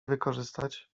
wykorzystać